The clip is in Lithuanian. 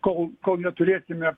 kol kol neturėsime